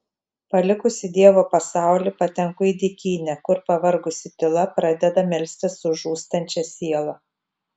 palikusi dievo pasaulį patenku į dykynę kur pavargusi tyla pradeda melstis už žūstančią sielą